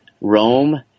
Rome